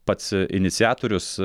pats iniciatorius